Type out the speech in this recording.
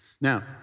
Now